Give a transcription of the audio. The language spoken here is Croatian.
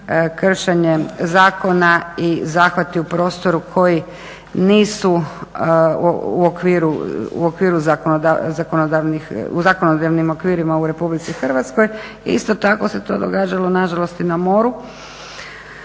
kršenje zakona i zahvati u prostoru koji nisu u okviru zakonodavnih, u zakonodavnim okvirima u Republici Hrvatskoj. I isto tako se to događalo nažalost i na moru